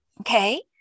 Okay